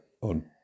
on